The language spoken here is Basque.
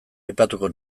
aipatuko